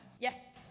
Yes